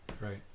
Right